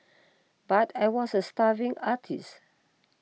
but I was a starving artist